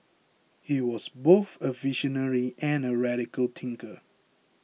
he was both a visionary and a radical thinker